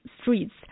streets